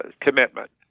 commitment